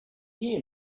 hear